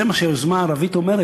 וזה מה שהיוזמה הערבית אומרת,